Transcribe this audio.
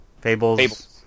Fables